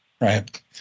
right